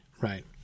right